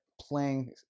playing